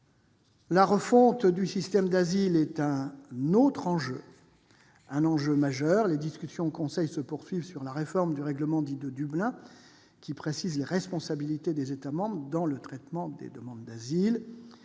La refonte du système d'asile est un autre enjeu majeur. Les discussions se poursuivent au Conseil sur la réforme du règlement dit de Dublin qui précise les responsabilités des États membres dans le traitement des demandes d'asile.